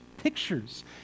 pictures